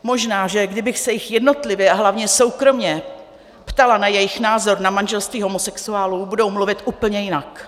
Možná že kdybych se jich jednotlivě a hlavně soukromě ptala na jejich názor na manželství homosexuálů, budou mluvit úplně jinak.